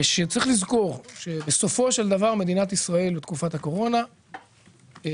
כשצריך לזכור שבסופו של דבר מדינת ישראל בתקופת הקורונה גייסה